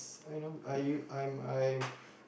I you I you I'm I